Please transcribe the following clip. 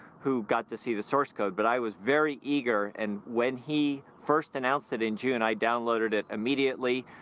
who got to see the source code. but i was very eager, and when he first announced it in june, i downloaded it immediately.